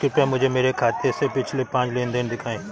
कृपया मुझे मेरे खाते से पिछले पांच लेन देन दिखाएं